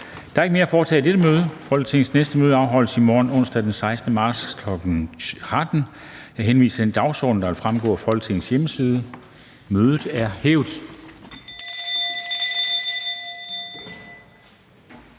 Der er ikke mere at foretage i dette møde. Folketingets næste møde afholdes i morgen, onsdag den 16. marts 2022, kl. 13.00. Jeg henviser til den dagsorden, der vil fremgå af Folketingets hjemmeside. Mødet er hævet.